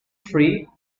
free